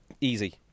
Easy